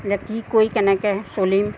এতিয়া কি কৰি কেনেকৈ চলিম